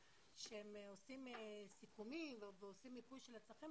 שהם עושים סיכומים ומיפוי של הצרכים